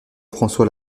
françois